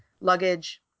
luggage